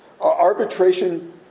Arbitration